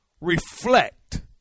reflect